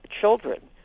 children